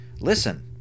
listen